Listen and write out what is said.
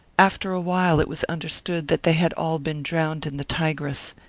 after a while it was understood that they had all been drowned in the tigris,